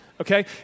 Okay